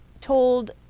told